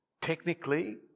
Technically